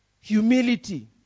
Humility